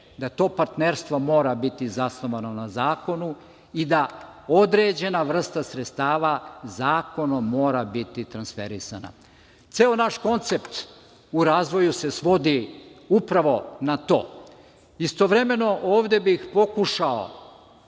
da to partnerstvo mora biti zasnovano na zakonu i da određena vrsta sredstava zakonom mora biti transferisana. Ceo naš koncept u razvoju se svodi upravo na to. Istovremeno, ovde bih pokušao